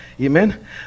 amen